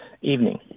evening